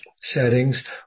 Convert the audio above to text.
settings